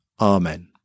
Amen